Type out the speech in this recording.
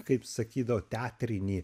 kaip sakydavo teatrinį